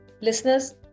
Listeners